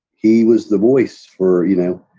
he was the voice for, you know,